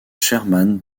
sherman